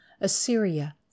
Assyria